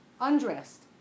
undressed